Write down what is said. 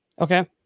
Okay